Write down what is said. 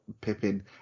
Pippin